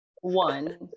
one